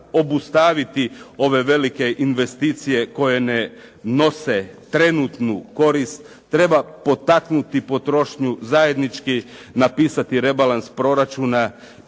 obustaviti ove velike investicije koje ne nose trenutnu korist, treba potaknuti potrošnju, zajednički napisati rebalans proračuna